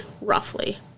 roughly